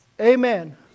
Amen